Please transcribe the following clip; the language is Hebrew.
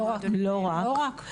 לא רק.